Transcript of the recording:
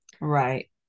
Right